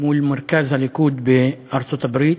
מול מרכז הליכוד בארצות-הברית,